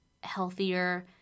healthier